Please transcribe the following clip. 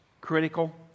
critical